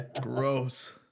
Gross